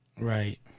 Right